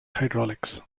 hydraulics